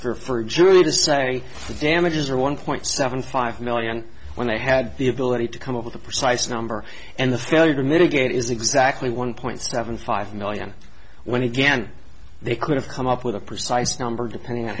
and for a jury to say the damages are one point seven five million when they had the ability to come up with a precise number and the failure to mitigate is exactly one point seven five million when you can they could have come up with a precise number depending on